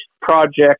project